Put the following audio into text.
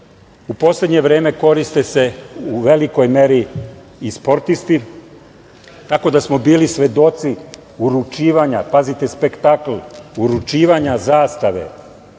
U poslednje vreme koriste se u velikoj meri i sportisti, tako da smo bili svedoci uručivanja, pazite spektakl, uručivanja zastave,